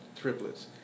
triplets